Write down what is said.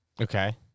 Okay